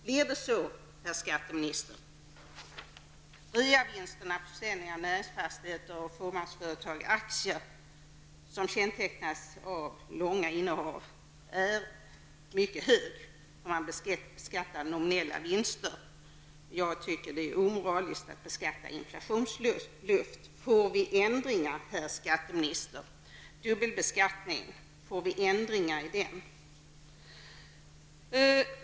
Blir det så, herr skatteminister? 3. Reavinsterna på försäljningen av näringsfastigheter och fåmansföretagsaktier -- som kännetecknas av långa innehav -- är mycket höga. Nominella vinster beskattas. Jag tycker att det är omoraliskt att beskatta inflationsluft. Får vi ändringar, herr skatteminster?